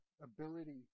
ability